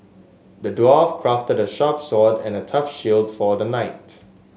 the dwarf crafted a sharp sword and a tough shield for the knight